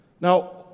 Now